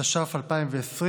התש"ף 2020,